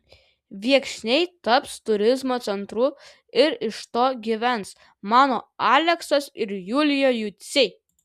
viekšniai taps turizmo centru ir iš to gyvens mano aleksas ir julija juciai